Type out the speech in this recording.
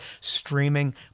streaming